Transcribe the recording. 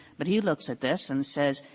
but he looks at this and says,